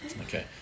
Okay